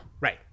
right